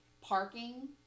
parking